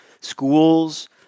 schools